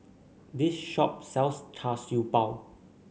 this shop sells Char Siew Bao